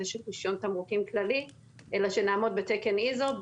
של רישיון תמרוקים כללי אלא שנעמוד בתקן איזו.